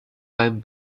beim